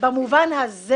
במובן הזה